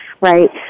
right